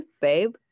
babe